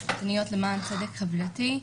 משפטניות למען צדק חברתי.